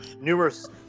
Numerous